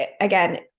again